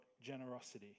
generosity